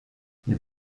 mais